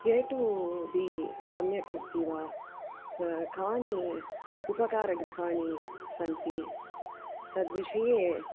A2B सम्यक् अस्ति वा कानि उपकारगृहाणि सन्ति तद्विषये